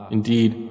Indeed